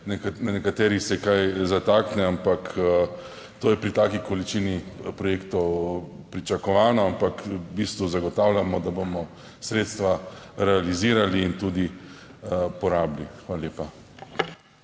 na nekaterih se kaj zatakne, ampak to je pri taki količini projektov pričakovano, ampak v bistvu zagotavljamo, da bomo sredstva realizirali in tudi porabili. Hvala lepa.